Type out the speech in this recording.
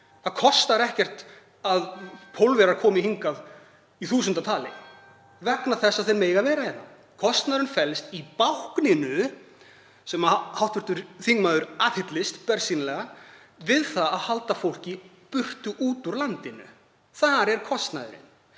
Það kostar ekkert að Pólverjar komi hingað í þúsundatali vegna þess að þeir mega vera hérna. Kostnaðurinn felst í bákninu, sem hv. þingmaður aðhyllist bersýnilega, við það að halda fólki frá landinu. Þar liggur kostnaðurinn.